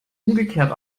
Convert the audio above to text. umgekehrt